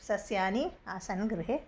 सस्यानि आसन् गृहे